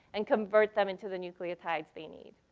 and convert them into the nucleotides they need.